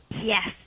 Yes